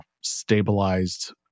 stabilized